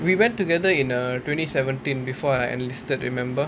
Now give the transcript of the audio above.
we went together in uh twenty seventeen before I enlisted remember